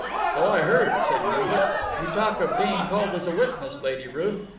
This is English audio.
so i heard, said gimblet you talk of being called as a witness, lady ruth.